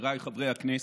חבריי חברי הכנסת,